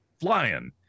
flying